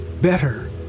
better